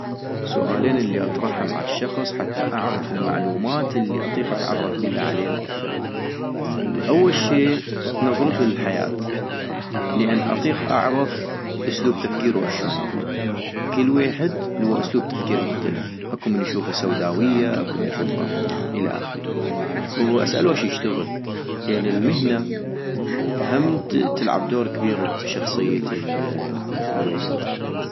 سؤالين الي اطرحم عالشخص حتى اعغف المعلومات الي اطيق اتعرف بيها علينو اكثغ - اول شي نظرتو للحياة ، لان اطيق اعغف اسلوب تفكيرو اشون يكون كل ويحد لوا اسلوب تفكير مختلف ، اكو من يشوفا سوداوية اكو من يشوفا... الى اخره - واسألو اش يشتغل، لانو المهنة هم تلعب دور كبيغ بشخصية الويحد